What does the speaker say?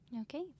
Okay